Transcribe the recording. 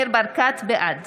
בעד